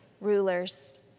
rulers